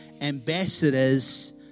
ambassadors